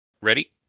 ready